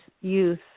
youth